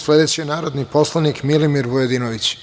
Sledeći je narodni poslanik Milimir Vujadinović.